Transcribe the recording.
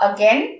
Again